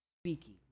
speaking